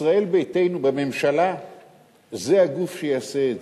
ישראל ביתנו בממשלה זה הגוף שיעשה את זה.